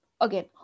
Again